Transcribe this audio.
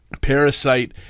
parasite